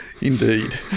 Indeed